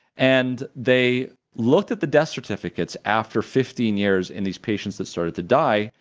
and they looked at the death certificates after fifteen years in these patients that started to die,